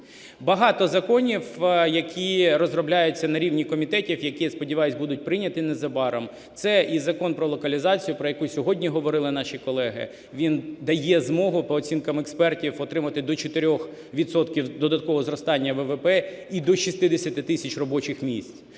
Багато законів, які розробляються на рівні комітетів, які, я сподіваюсь, будуть прийняті незабаром. Це і Закон про локалізацію, про яку сьогодні говорили наші колеги. Він дає змогу, по оцінкам експертів, отримати до 4 відсотків додаткового зростання ВВП і до 60 тисяч робочих місць.